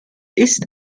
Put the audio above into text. ist